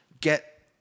get